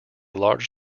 large